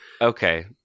Okay